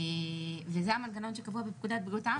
וזה המנגנון שקבוע בפקודת בריאות האם